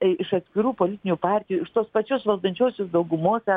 iš atskirų politinių partijų iš tos pačios valdančiosios daugumos